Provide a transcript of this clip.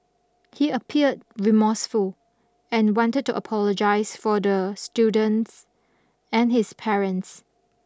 he appeared remorseful and wanted to apologize for the students and his parents